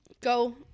go